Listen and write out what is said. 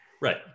Right